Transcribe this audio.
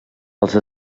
els